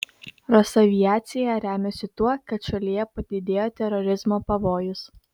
rosaviacija remiasi tuo kad šalyje padidėjo terorizmo pavojus